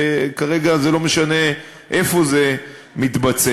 וכרגע זה לא משנה איפה זה מתבצע.